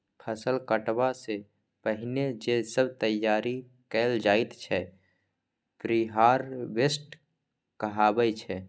फसल कटबा सँ पहिने जे सब तैयारी कएल जाइत छै प्रिहारवेस्ट कहाबै छै